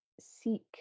seek